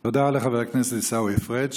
תודה לחבר הכנסת עיסאווי פריג'.